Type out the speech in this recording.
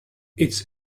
its